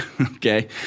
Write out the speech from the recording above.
Okay